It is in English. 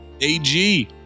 AG